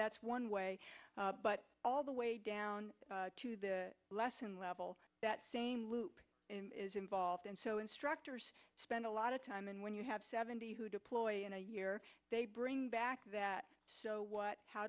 that's one way but all the way down to the lesson level that same loop is involved and so instructors spend a lot of time and when you have seventy who deploy in a year they bring back that so what how